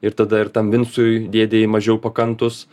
ir tada ir tam vincui dėdei mažiau pakantūs